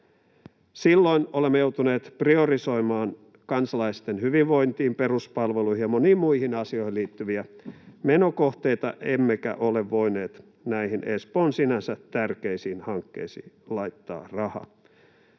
Silloin olemme joutuneet priorisoimaan kansalaisten hyvinvointiin, peruspalveluihin ja moniin muihin asioihin liittyviä menokohteita emmekä ole voineet näihin Espoon sinänsä tärkeisiin hankkeisiin laittaa rahaa.